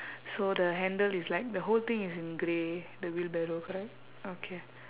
so the handle is like the whole thing is in grey the wheelbarrow right okay